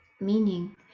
meaning